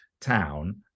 town